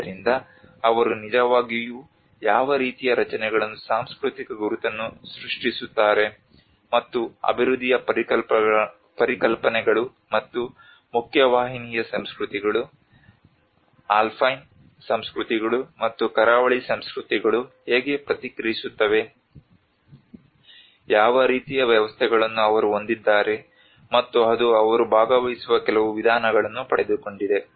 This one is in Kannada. ಆದ್ದರಿಂದ ಅವರು ನಿಜವಾಗಿಯೂ ಯಾವ ರೀತಿಯ ರಚನೆಗಳನ್ನು ಸಾಂಸ್ಕೃತಿಕ ಗುರುತನ್ನು ಸೃಷ್ಟಿಸುತ್ತಾರೆ ಮತ್ತು ಅಭಿವೃದ್ಧಿಯ ಪರಿಕಲ್ಪನೆಗಳು ಮತ್ತು ಮುಖ್ಯವಾಹಿನಿಯ ಸಂಸ್ಕೃತಿಗಳು ಆಲ್ಪೈನ್ ಸಂಸ್ಕೃತಿಗಳು ಮತ್ತು ಕರಾವಳಿ ಸಂಸ್ಕೃತಿಗಳು ಹೇಗೆ ಪ್ರತಿಕ್ರಿಯಿಸುತ್ತವೆ ಯಾವ ರೀತಿಯ ವ್ಯವಸ್ಥೆಗಳನ್ನು ಅವರು ಹೊಂದಿದ್ದಾರೆ ಮತ್ತು ಅದು ಅವರು ಭಾಗವಹಿಸುವ ಕೆಲವು ವಿಧಾನಗಳನ್ನು ಪಡೆದುಕೊಂಡಿದೆ